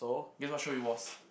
guess what show it was